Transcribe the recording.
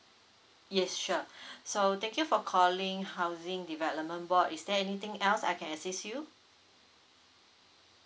yes sure so thank you for calling housing development board is there anything else I can assist you